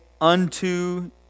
unto